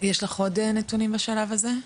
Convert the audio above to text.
יש לך עוד נתונים בשלב הזה?